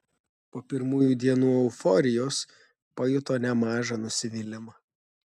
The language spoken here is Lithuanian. po pirmųjų dienų euforijos pajuto nemažą nusivylimą